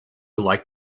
like